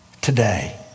today